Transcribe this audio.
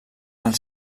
els